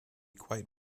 quite